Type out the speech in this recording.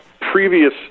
previous